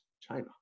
China